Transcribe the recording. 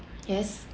yes